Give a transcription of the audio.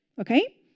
Okay